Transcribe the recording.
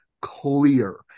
clear